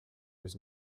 was